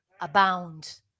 abound